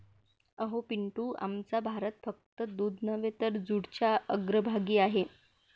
अहो पिंटू, आमचा भारत फक्त दूध नव्हे तर जूटच्या अग्रभागी आहे